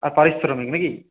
আর পারিশ্রমিক নাকি